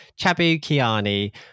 Chabukiani